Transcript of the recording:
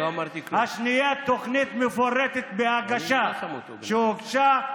2. תוכנית מפורטת בהגשה שהוגשה,